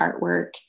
artwork